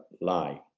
lie